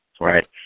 right